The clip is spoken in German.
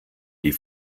die